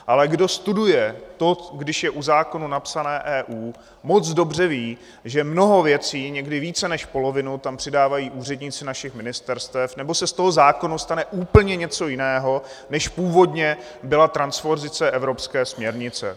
Ale kdo studuje to, když je u zákona napsané EU, moc dobře ví, že mnoho věcí, někdy více než polovinu, tam přidávají úředníci našich ministerstev, nebo se z toho zákona stane úplně něco jiného, než původně byla transpozice Evropské směrnice.